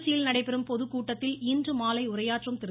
திருச்சியில் நடைபெறும் பொதுக்கூட்டத்தில் இன்றுமாலை உரையாற்றும் திரு